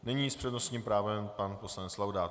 Nyní s přednostním právem pan poslanec Laudát.